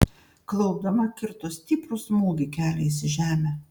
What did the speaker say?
klaupdama kirto stiprų smūgį keliais į žemę